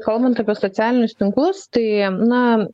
kalbant apie socialinius tinklus tai na